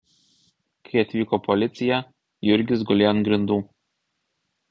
kai atvyko policija jurgis gulėjo ant grindų